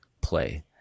play